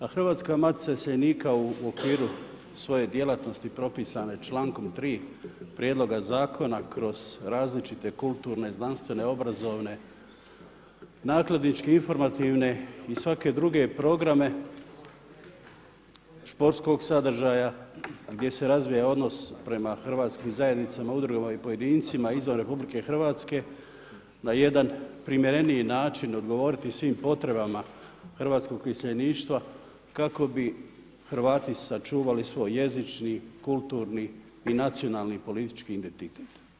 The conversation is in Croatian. A Hrvatska matica iseljenika u okviru svoje djelatnosti propisane člankom 3. prijedloga zakona kroz različite kulturne, znanstvene, obrazovne, nakladničke, informativne i svake druge programe, športskog sadržaja gdje se razvija odnos prema hrvatskim zajednicama, udrugama i pojedincima izvan RH, na jedan primjereniji način odgovoriti svim potrebama hrvatskog iseljeništva kako bi Hrvati sačuvali svoj jezični, kulturni i nacionalni politički identitet.